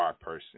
person